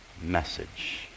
message